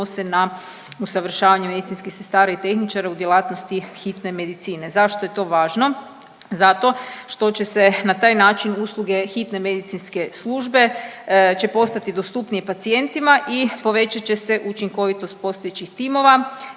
usavršavanje medicinskih sestara i tehničara u djelatnosti hitne medicine. Zašto je to važno? Zato što će se na taj način usluge hitne medicinske službe će postati dostupnije pacijentima i povećat će se učinkovitost postojećih timova